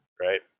right